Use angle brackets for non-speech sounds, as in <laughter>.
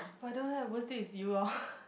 but I don't have worst date is you lor <breath>